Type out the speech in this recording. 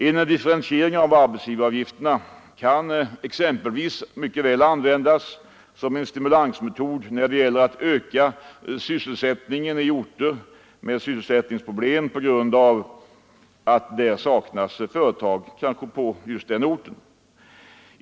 En differentiering av arbetsgivaravgifterna kan exempelvis mycket väl användas som en stimulansmetod när det gäller att öka sysselsättningen i orter med sysselsättningsproblem på grund av att där saknas företag.